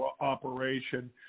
operation